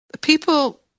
people